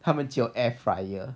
他们只有 air fryer